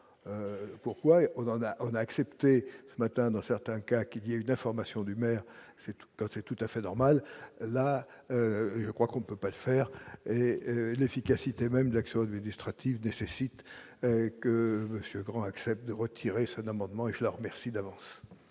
pourquoi on a on a accepté ce matin, dans certains cas, qu'il y a une information du maire, c'est tout comme : c'est tout à fait normal, là je crois qu'on peut pas le faire et l'efficacité même de l'action du du strates Yves nécessite que monsieur Grand accepte de retirer son amendement et je le remercie d'avance.